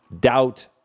doubt